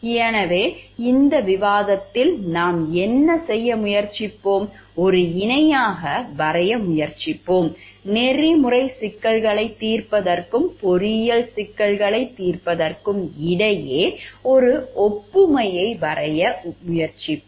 எனவே இந்த விவாதத்தில் நாம் என்ன செய்ய முயற்சிப்போம் ஒரு இணையாக வரைய முயற்சிப்போம் நெறிமுறை சிக்கல்களைத் தீர்ப்பதற்கும் பொறியியல் சிக்கல்களைத் தீர்ப்பதற்கும் இடையே ஒரு ஒப்புமையை வரைய முயற்சிப்போம்